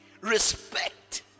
respect